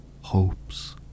hopes